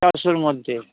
চরশোর মধ্যে